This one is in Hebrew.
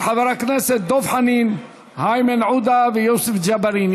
של חברי הכנסת דב חנין, איימן עודה ויוסף ג'בארין.